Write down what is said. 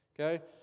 Okay